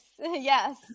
yes